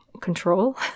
control